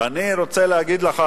אני רוצה להגיד לך,